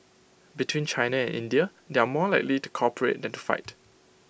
between China and India they are more likely to cooperate than to fight